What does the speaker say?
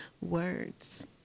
words